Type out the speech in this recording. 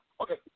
Okay